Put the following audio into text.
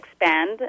expand